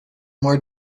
more